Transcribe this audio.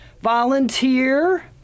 volunteer